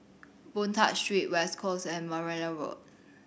Boon Tat Street West Coast and Margoliouth Road